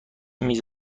میز